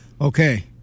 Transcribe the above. Okay